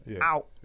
out